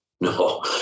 No